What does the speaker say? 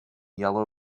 yellow